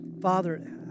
Father